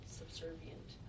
subservient